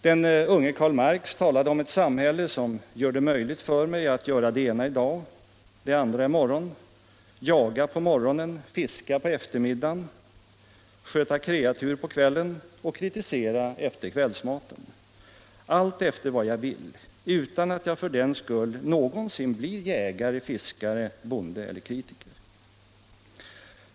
Den unge Karl Marx talade om ett samhälle som ”gör det möjligt för mig att göra det ena i dag, det andra i morgon, jaga på morgonen, fiska på eftermiddagen, sköta kreatur på kvällen och kritisera efter kvällsmaten, allt efter vad jag vill, utan att jag för den skull någonsin blir jägare, fiskare, bonde eller kritiker”.